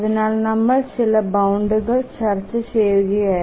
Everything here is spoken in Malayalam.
അതിനായി നമ്മൾ ചില ബൌണ്ടുകൾ ചർച്ച ചെയ്യുകയായിരുന്നു